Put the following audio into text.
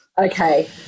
Okay